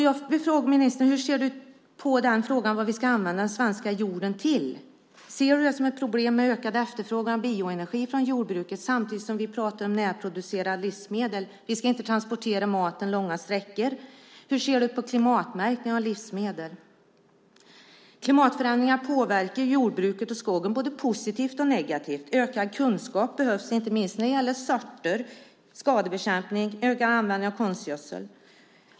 Jag vill fråga ministern: Hur ser du på detta med vad vi ska använda den svenska jorden till? Ser du den ökade efterfrågan på bioenergi från jordbruket som ett problem - detta samtidigt som vi pratar om närproducerade livsmedel, om att vi inte ska transportera maten långa sträckor? Och hur ser du på klimatmärkning av livsmedel? Klimatförändringar påverkar jordbruket och skogen både positivt och negativt. Ökad kunskap behövs, inte minst när det gäller sorter, skadebekämpning och ökad användning av konstgödsel.